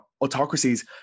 autocracies